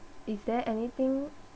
is there anything